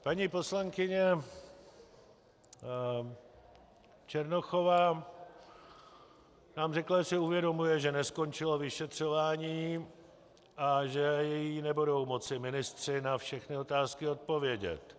Paní poslankyně Černochová nám řekla, že si uvědomuje, že neskončilo vyšetřování a že jí nebudou moci ministři na všechny otázky odpovědět.